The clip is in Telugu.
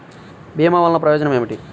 భీమ వల్లన ప్రయోజనం ఏమిటి?